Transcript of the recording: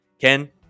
Ken